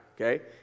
okay